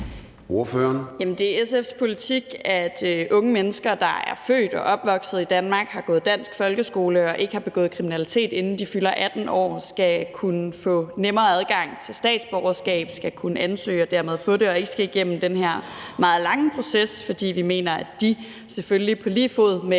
(SF): Jamen det er SF's politik, at unge mennesker, der er født og opvokset i Danmark og har gået i dansk folkeskole og ikke har begået kriminalitet, inden de fylder 18 år, skal kunne få nemmere adgang til statsborgerskab, skal kunne ansøge om og dermed få det og ikke skal igennem den her meget lange proces. For vi mener, at de selvfølgelig på lige fod med